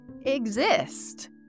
exist